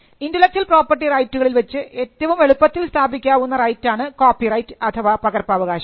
intellectual property റൈറ്റുകളിൽ വെച്ച് ഏറ്റവും എളുപ്പത്തിൽ സ്ഥാപിക്കാവുന്ന റൈറ്റാണ് കോപ്പിറൈറ്റ് അഥവാ പകർപ്പവകാശം